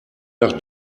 nach